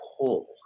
pull